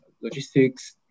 logistics